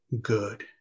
good